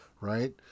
right